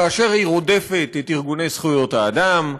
כאשר היא רודפת את ארגוני זכויות האדם,